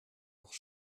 nog